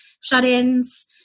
shut-ins